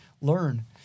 learn